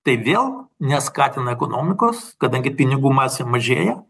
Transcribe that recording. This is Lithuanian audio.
tai vėl neskatina ekonomikos kadangi pinigų masė mažėja